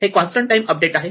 हे constant time update आहे